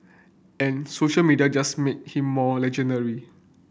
and social media just make him more legendary